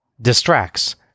distracts